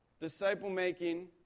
disciple-making